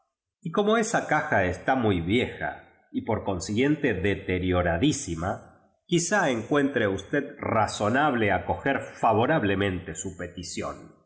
v como esa caja esta muy vieja y por consiguiente deterioradtaima quizás encuentre usted razonable aco ger favorablemente su petición en